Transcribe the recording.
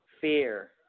fear